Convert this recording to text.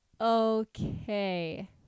Okay